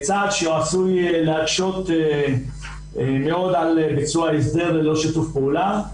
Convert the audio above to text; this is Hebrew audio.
צעד שעשוי להקשות מאוד על ביצוע ההסדר ללא שיתוף פעולה.